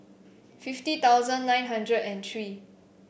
fifty thousand nine hundred and three